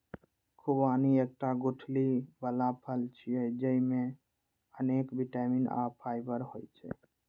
खुबानी एकटा गुठली बला फल छियै, जेइमे अनेक बिटामिन आ फाइबर होइ छै